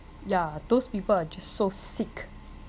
ya those people are just so sick